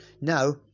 now